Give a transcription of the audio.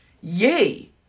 yay